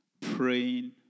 praying